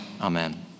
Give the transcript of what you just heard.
Amen